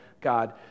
God